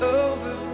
over